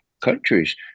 countries